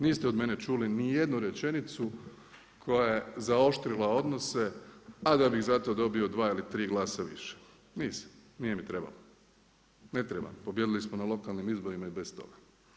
Niste od mene čuli ni jednu rečenicu koja je zaoštrila odnose a da bih za to dobio 2 ili 3 glasa više, nisam, nije mi trebalo, ne trebam, pobijedili smo na lokalnim izborima i bez toga.